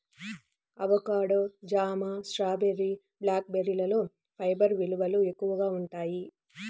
avocado, జామ, raspberry, black బెర్రీలలో fibre విలువలు ఎక్కువగా ఉంటాయి